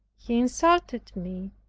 he insulted me,